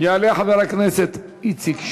יעלה חבר הכנסת איציק שמולי,